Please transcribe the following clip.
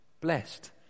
blessed